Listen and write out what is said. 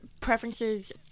preferences